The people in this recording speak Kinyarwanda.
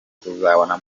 kuzabona